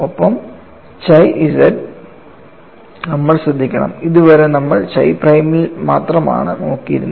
ഒപ്പം chi z നമ്മൾ ശ്രദ്ധിക്കണം ഇതുവരെ നമ്മൾ chi പ്രൈമിലേക്ക് മാത്രമാണ് നോക്കിയിരുന്നത്